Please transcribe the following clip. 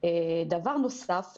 דבר נוסף,